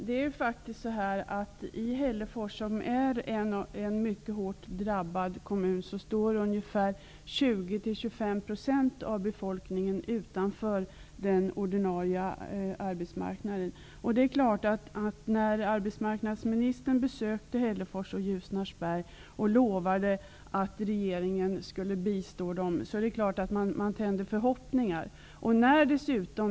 Herr talman! Hällefors är en mycket hårt drabbad kommun. Där står 20--25 % av befolkningen utanför den ordinarie arbetsmarknaden. När arbetsmarknadsministern besökte Hällefors och Ljusnarsberg och lovade att regeringen skulle bistå var det klart att förhoppningar tändes.